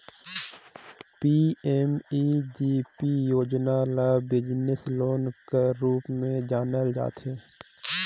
PMEGP योजना ल business loan कर रूप में जानल जाथे